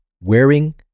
wearing